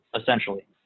essentially